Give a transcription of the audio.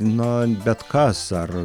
nu bet kas ar